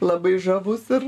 labai žavus ir